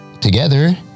together